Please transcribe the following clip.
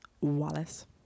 Wallace